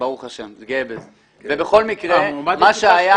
ובכל מקרה מה שהיה